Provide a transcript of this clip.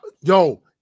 Yo